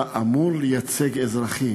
אתה אמור לייצג אזרחים.